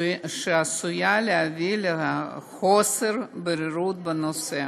שעשוי להביא לחוסר בהירות בנושא.